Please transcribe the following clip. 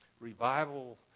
revival